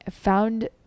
found